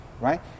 right